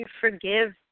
forgive